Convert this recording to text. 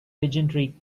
legendary